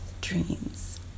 dreams